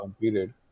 period